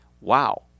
Wow